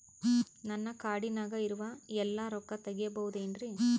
ನನ್ನ ಕಾರ್ಡಿನಾಗ ಇರುವ ಎಲ್ಲಾ ರೊಕ್ಕ ತೆಗೆಯಬಹುದು ಏನ್ರಿ?